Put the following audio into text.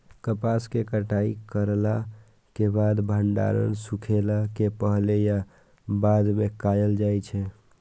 कपास के कटाई करला के बाद भंडारण सुखेला के पहले या बाद में कायल जाय छै?